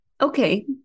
Okay